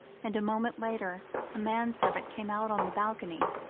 and a moment later a man-servant came out on the balcony,